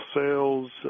sales